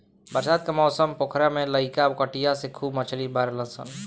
बरसात के मौसम पोखरा में लईका कटिया से खूब मछली मारेलसन